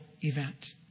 event